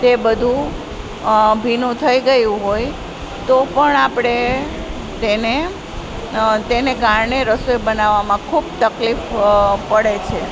તે બધુ ભીનું થઈ ગયું હોય તો પણ આપણે તેને તેને કારણે રસોઈ બનાવવામાં ખૂબ તકલીફ પડે છે